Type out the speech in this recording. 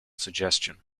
suggestion